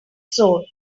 zone